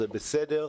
וזה בסדר,